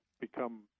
become